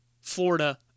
Florida